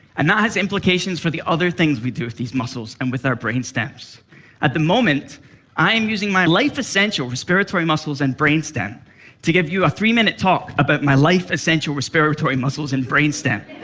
and that has implications for the other things we do with these muscles and with our brainstems. at the moment i am using my life essential respiratory muscles and brainstem to give you a three-minute talk about my life essential respiratory muscles and brainstem.